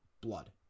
blood